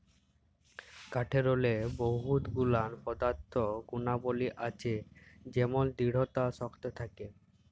কাঠেরলে বহুত গুলান পদাথ্থ গুলাবলী আছে যেমল দিঢ়তা শক্ত থ্যাকে